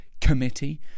committee